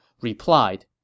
replied